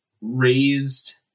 raised